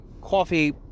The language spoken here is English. coffee